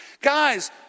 Guys